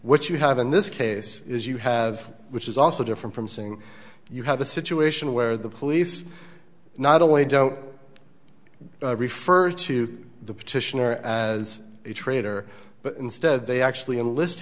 which you have in this case is you have which is also different from saying you have a situation where the police not only don't refer to the petitioner as a traitor but instead they actually